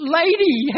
lady